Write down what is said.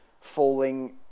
Falling